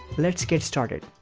let's get started